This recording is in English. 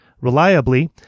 reliably